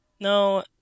No